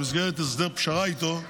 במסגרת הסדר פשרה איתו,